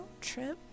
trip